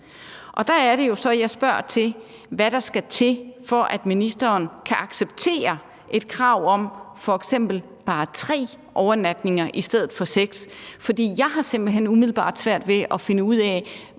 Der er det jo så, jeg spørger, hvad der skal til, for at ministeren kan acceptere et krav om f.eks. bare tre overnatninger i stedet for seks. For jeg har simpelt hen umiddelbart svært ved at finde ud af,